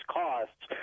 costs